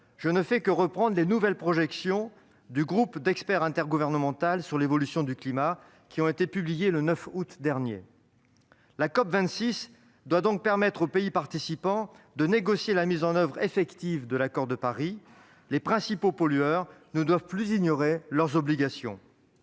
je ne fais que reprendre les nouvelles projections du groupe d'experts intergouvernemental sur l'évolution du climat (GIEC), publiées le 9 août dernier. La COP26 doit permettre aux pays participants de négocier la mise en oeuvre effective de l'accord de Paris. Les principaux pollueurs ne doivent plus ignorer leurs obligations.